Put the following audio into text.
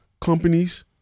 companies